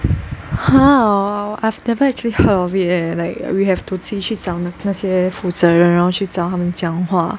!huh! I've never actually heard of it leh like we have to 自己去找那些负责人然后去找他们讲话